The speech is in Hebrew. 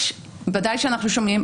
ודאי שאנחנו שומעים,